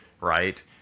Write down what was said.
right